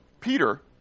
Peter